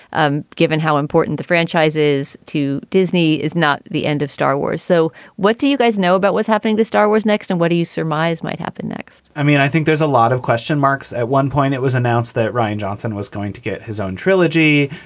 um given how important the franchise is to disney, it's not the end of star wars. so what do you guys know about what's happening to star wars next? and what do you surmise might happen next? i mean, i think there's a lot of question marks. at one point, it was announced that ryan johnson was going to get his own trilogy.